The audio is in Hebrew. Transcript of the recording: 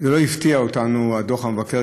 לא הפתיע אותנו דוח המבקר,